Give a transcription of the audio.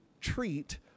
treat